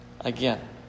again